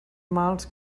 mals